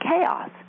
chaos